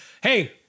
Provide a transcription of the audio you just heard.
Hey